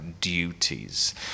duties